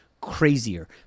crazier